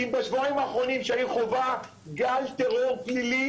היא בשבועיים האחרונים חווה גל טרור פלילי